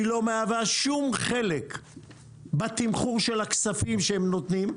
היא לא מהווה שום חלק בתמחור של הכספים שהם נותנים.